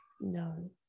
no